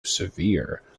severe